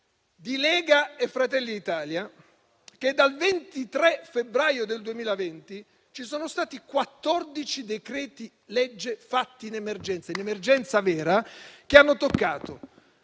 Lega e Fratelli d'Italia, che, dal 23 febbraio del 2020, ci sono stati quattordici decreti-legge fatti in emergenza, in emergenza vera, che hanno toccato,